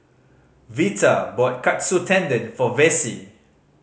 Vita bought Katsu Tendon for Vassie